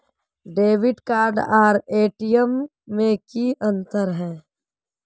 Debit card आर TM card में की अंतर है?